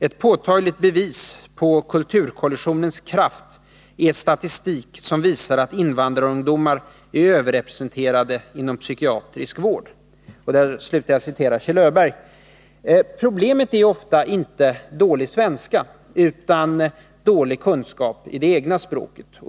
Ett påtagligt bevis på kulturkollisionens kraft är statistik som visar att invandrarungdomar är överrepresenterade inom psykiatrisk vård.” Problemet för de här barnen och ungdomarna är ofta inte att de har dålig kunskap i svenska. utan att de har dålig kunskap i det egna språket.